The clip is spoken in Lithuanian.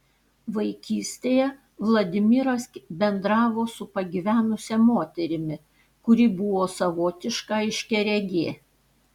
vaikystėje vladimiras bendravo su pagyvenusia moterimi kuri buvo savotiška aiškiaregė